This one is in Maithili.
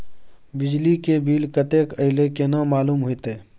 बिजली के बिल कतेक अयले केना मालूम होते?